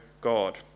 God